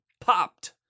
popped